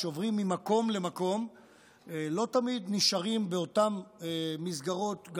כשעוברים ממקום למקום לא תמיד נשארים באותן מסגרות,